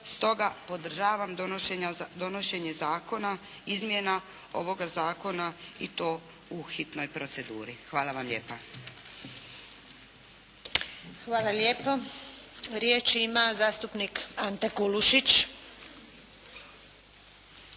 stoga podržavam donošenje zakona, izmjena ovoga zakona i to u hitnoj proceduri. Hvala vam lijepa. **Antunović, Željka (SDP)** Hvala lijepo. Riječ ima zastupnik Ante Kulušić.